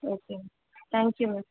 okay ma'am thank you ma'am